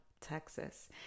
Texas